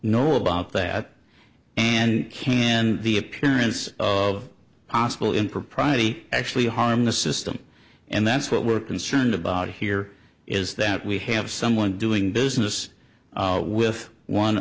know about that and can the appearance of possible impropriety actually harm the system and that's what we're concerned about here is that we have someone doing business with one